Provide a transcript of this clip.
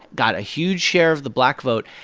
got a huge share of the black vote.